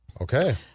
Okay